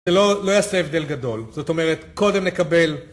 זה לא, לא יעשה הבדל גדול, זאת אומרת, קודם נקבל